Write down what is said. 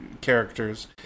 characters